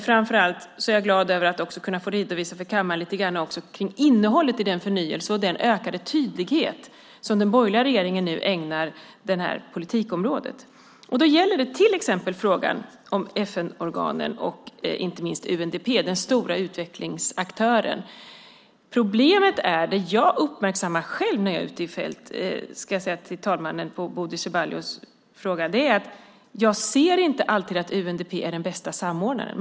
Framför allt är jag glad att också kunna få redovisa för kammaren lite grann kring innehållet i den förnyelse och den ökade tydlighet som den borgerliga regeringen nu ägnar det här politikområdet. Då gäller det till exempel frågan om FN-organen och inte minst UNDP, den stora utvecklingsaktören. Problemet är, som jag uppmärksammar själv när jag är ute i fält, ska jag säga som svar på Bodil Ceballos fråga, att jag inte alltid ser att UNDP är den bästa samordnaren.